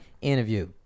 interview